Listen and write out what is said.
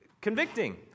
convicting